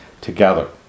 together